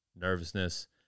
nervousness